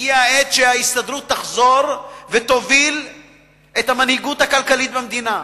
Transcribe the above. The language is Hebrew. הגיעה העת שההסתדרות תחזור ותוביל את המנהיגות הכלכלית במדינה.